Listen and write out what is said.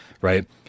right